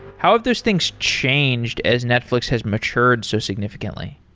how have those things changed as netflix has matured so significantly?